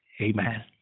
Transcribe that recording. Amen